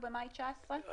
אני